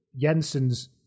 Jensen's